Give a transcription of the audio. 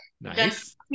nice